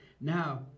Now